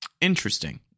Interesting